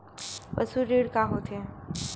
पशु ऋण का होथे?